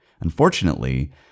Unfortunately